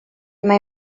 mai